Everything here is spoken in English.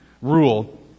rule